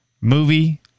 movie